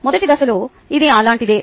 మొదటి దశలో ఇది అలాంటిదే